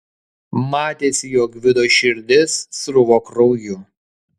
matėsi jog gvido širdis sruvo krauju